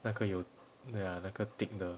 那个有 ya 那个 tick 的